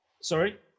Sorry